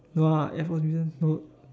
no lah air force museum no